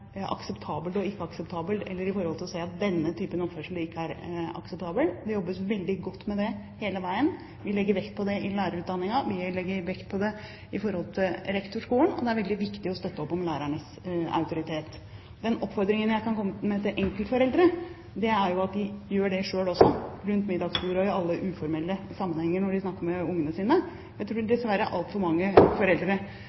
eller ikke akseptabelt, for å se at denne typen oppførsel ikke er akseptabel. Det jobbes veldig godt med det hele veien. Vi legger vekt på det i lærerutdanningen, og vi legger vekt på det i rektorskolen. Det er veldig viktig å støtte opp om lærernes autoritet. Den oppfordringen jeg kan komme med til foreldre, er at de gjør det selv rundt middagsbordet og i alle uformelle sammenhenger når de snakker med barna sine. Jeg tror